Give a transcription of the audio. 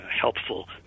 helpful